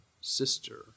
sister